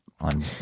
on